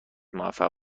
موفق